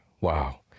Wow